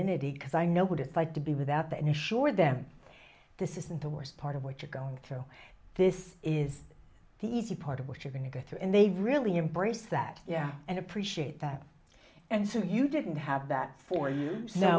femininity because i know what it's like to be without the and assure them this isn't the worst part of what you're going through this is the easy part of what you're going to go through and they really embrace that yeah and appreciate that and so you didn't have that for you know